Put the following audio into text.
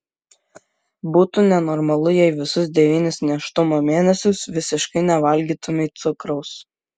būtų nenormalu jei visus devynis nėštumo mėnesius visiškai nevalgytumei cukraus